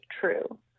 true